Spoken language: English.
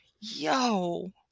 Yo